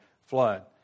flood